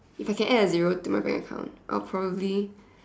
if I can add a zero to my bank account I will probably